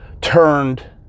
turned